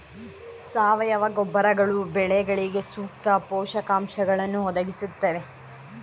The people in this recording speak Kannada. ಸಾವಯವ ಗೊಬ್ಬರಗಳು ಬೆಳೆಗಳಿಗೆ ಸೂಕ್ತ ಪೋಷಕಾಂಶಗಳನ್ನು ಒದಗಿಸುತ್ತವೆಯೇ?